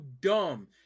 dumb